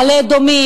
מעלה-אדומים,